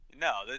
No